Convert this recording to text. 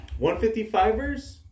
155ers